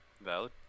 Valid